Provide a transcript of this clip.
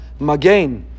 Magain